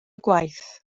gwaith